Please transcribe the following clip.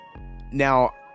Now